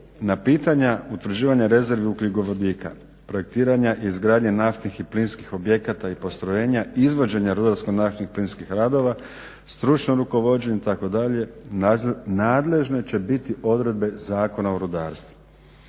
Na pitanja utvrđivanja rezervi ugljikovodika projektiranja i izgradnje naftnih i plinskih objekata i postrojenja, izvođenja rudarsko naftnih plinskih radova, stručno rukovođenje itd. Nadležne će biti odredbe zakona o rudarstvu.